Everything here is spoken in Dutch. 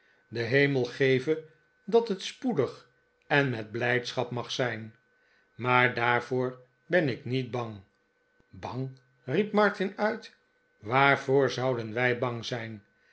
de hemel geve dat het spoedig en met blijdschap mag zijn maar daarvoor ben ik niet bang bang riep martin uit waarvoor zouden wij bang zijn